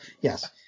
Yes